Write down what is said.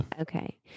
Okay